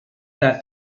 that